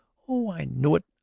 oh, i know it.